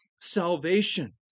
salvation